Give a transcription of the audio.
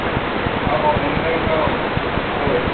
औ औ ओमफ्राय औ औ